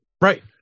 right